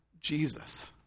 Jesus